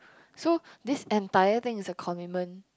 so this entire thing is a commitment